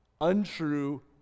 untrue